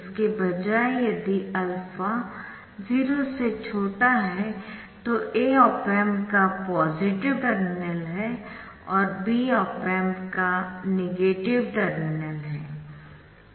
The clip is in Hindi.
इसके बजाय यदि α 0 से छोटा हैतो A ऑप एम्प का पॉजिटिव टर्मिनल है और B ऑप एम्प का नेगेटिव टर्मिनल है